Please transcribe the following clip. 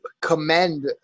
commend